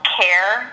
care